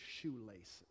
shoelaces